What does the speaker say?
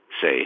say